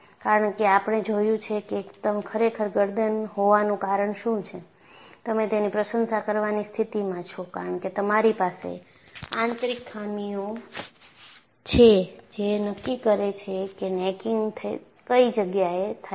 કારણ કે આપણે જોયું છે કે ખરેખર ગરદન હોવાનું કારણ શું છે તમે તેની પ્રશંશા કરવાની સ્થિતિમાં છો કારણ કે તમારી પાસે આંતરિક ખામીઓ છે જે નક્કી કરે છે કે નેકીંગ કઈ જગ્યા એ થાય છે